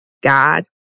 God